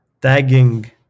tagging